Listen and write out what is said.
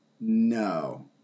No